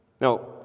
Now